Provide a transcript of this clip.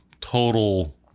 Total